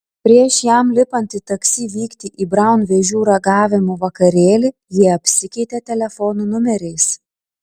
prieš jam lipant į taksi vykti į braun vėžių ragavimo vakarėlį jie apsikeitė telefonų numeriais